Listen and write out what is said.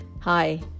Hi